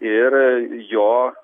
ir jo